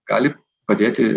gali padėti